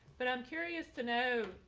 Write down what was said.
but i'm curious to know,